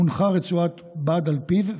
הונחה רצועת בד על פיו,